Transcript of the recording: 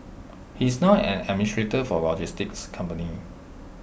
he is now an administrator for A logistics company